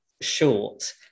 short